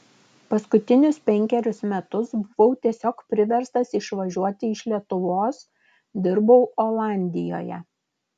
paskutinius penkerius metus buvau tiesiog priverstas išvažiuoti iš lietuvos dirbau olandijoje